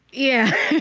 yeah